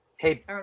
Hey